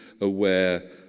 aware